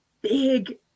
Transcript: big